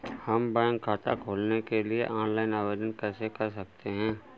हम बैंक खाता खोलने के लिए ऑनलाइन आवेदन कैसे कर सकते हैं?